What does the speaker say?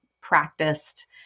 practiced